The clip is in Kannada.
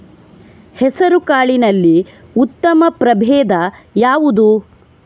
ಹೆಸರುಕಾಳಿನಲ್ಲಿ ಉತ್ತಮ ಪ್ರಭೇಧ ಯಾವುದು?